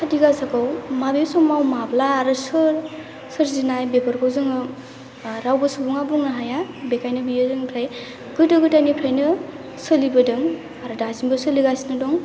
खाथि गासा फोरबोखौ माने समाव माब्ला आरो सोर सोरजिनाय बेफोरखौ जोङो रावबो सुबुं बुंनो हाया बेखायनो बेयो जोंनिफ्राय गोदो गोदाइनिफ्रायनो सोलिबोदों आरो दासिमबो सोलिगासिनो दं